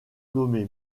nommé